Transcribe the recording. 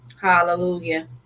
hallelujah